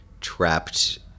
trapped